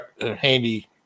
handy